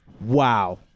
Wow